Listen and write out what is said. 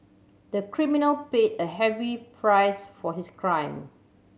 the criminal paid a heavy price for his crime